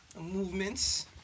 movements